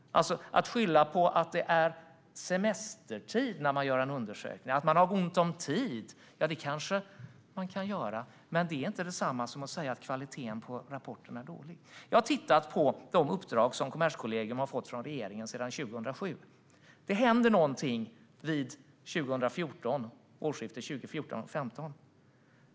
Att skylla på att det är semestertid när man gör en undersökning och att man har ont om tid kan man kanske göra, men det är inte detsamma som att kvaliteten på rapporten är dålig. Jag har tittat på de uppdrag som Kommerskollegium har fått från regeringen sedan 2007. Det hände något vid årsskiftet 2014/2015.